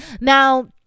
Now